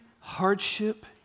hardship